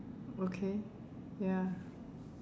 okay ya